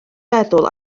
feddwl